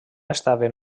estaven